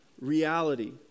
reality